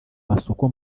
masoko